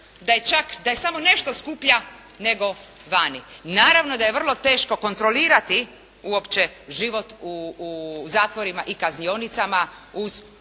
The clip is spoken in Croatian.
Da je samo nešto skuplja nego vani. Naravno da je vrlo teško kontrolirati uopće život u zatvorima i kaznionicama uz ovakvu